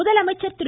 முதலமைச்சர் திரு